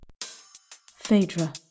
Phaedra